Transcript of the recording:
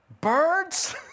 birds